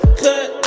cut